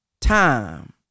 time